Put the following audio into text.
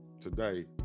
today